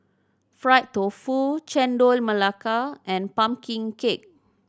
fried tofu Chendol Melaka and pumpkin cake